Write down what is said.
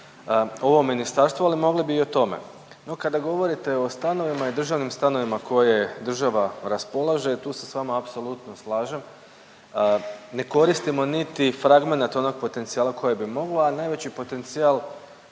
ovo ministarstvo, ali mogli bi i o tome. No, kada govorite o stanovima i državnim stanovima koje država raspolaže tu se s vama apsolutno slažem. Ne koristimo niti fragmenat onog potencijala koje bi mogli, a najveći potencijal